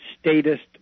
statist